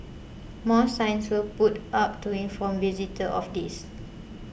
more signs will put up to inform visitors of this